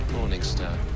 Morningstar